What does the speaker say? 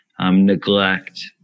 neglect